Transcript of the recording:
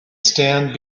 stand